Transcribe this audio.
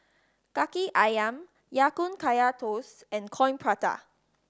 Kaki Ayam Ya Kun Kaya Toast and Coin Prata